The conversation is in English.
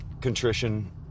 contrition